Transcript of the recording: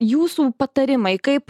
jūsų patarimai kaip